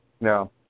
No